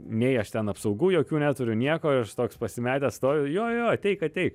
nei aš ten apsaugų jokių neturiu nieko aš toks pasimetęs stoviu jo jo ateik ateik